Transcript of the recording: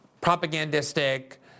propagandistic